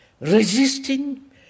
resisting